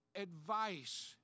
advice